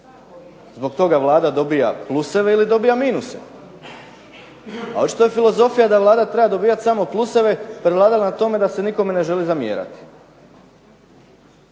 Zbog toga Vlada dobija pluseve ili dobija minuse, a očito je filozofija da Vlada treba dobivat samo pluseve prevladala na tome da se nikome ne želi zamjerati.